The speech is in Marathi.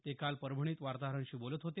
ते काल परभणीत वार्ताहरांशी बोलत होते